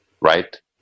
right